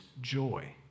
joy